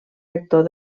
rector